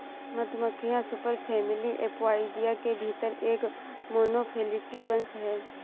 मधुमक्खियां superfamily Apoidea के भीतर एक मोनोफैलेटिक वंश हैं